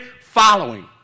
following